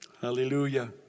hallelujah